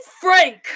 Frank